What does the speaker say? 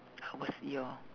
was your